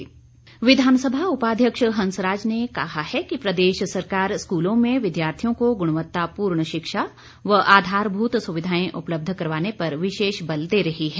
हुंसराज विधानसभा उपाध्यक्ष हंसराज ने कहा है कि प्रदेश सरकार स्कूलों में विद्यार्थियों को गुणवत्तापूर्ण शिक्षा व्यवस्था व आधारभूत सुविधाएं उपलब्ध करवाने पर विशेष बल दे रही है